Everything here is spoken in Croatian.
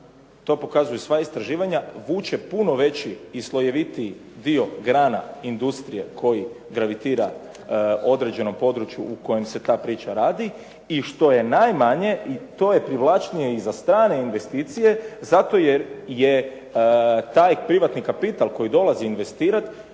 To pokazuju sva istraživanja, vuče puno veći i slojevitiji dio grana industrije koji gravitira određenom području u kojem se ta priča radi i što je najmanje i to je privlačnije za strane investicije zato jer je taj privatni kapital koji dolazi investirati